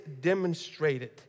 demonstrated